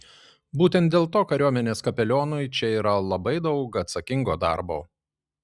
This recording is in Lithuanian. būtent dėl to kariuomenės kapelionui čia yra labai daug atsakingo darbo